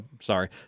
sorry